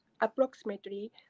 approximately